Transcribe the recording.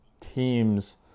teams